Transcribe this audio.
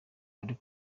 ari